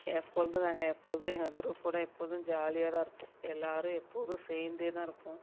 எப்பொழுதும் நாங்கள் எப்பொழுதும் எங்கள் குரூப்போடு எப்பொழுதும் ஜாலியாக தான் இருப்போம் எல்லோரும் எப்போதும் சேர்ந்தே தான் இருப்போம்